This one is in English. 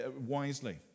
wisely